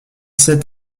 sept